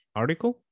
article